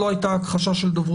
הפעם אנחנו לא ניתן הנחות לחרדים.